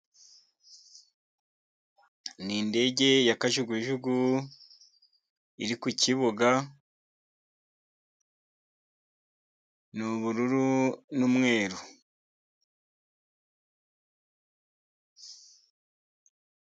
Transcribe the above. Ni indege ya Kajugujugu iri Ku kibuga, ni ubururu n'umweru.